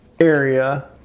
area